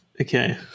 Okay